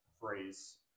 phrase